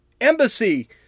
embassy